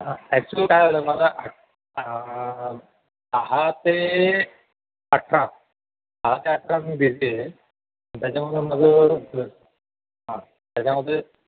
हां ॲक्चुअली काय झालं माझा सहा ते अठरा दहा ते अठरा मी बिझी आहे त्याच्यामध्ये माझं हां त्याच्यामध्ये